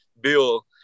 Bill